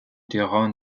durant